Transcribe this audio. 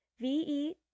VE